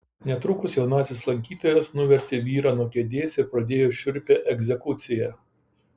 netrukus jaunasis lankytojas nuvertė vyrą nuo kėdės ir pradėjo šiurpią egzekuciją